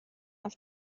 auf